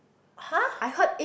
!huh!